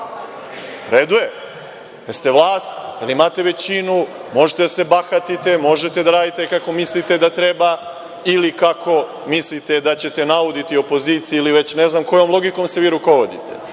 redu je, vi ste vlast, imate većinu, možete da se bahatite, možete da radite kako mislite da treba ili kako mislite da ćete nauditi opoziciji ili već ne znam kojom logikom se vi rukovodite,